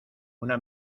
una